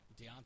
Deontay